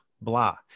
blah